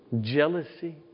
jealousy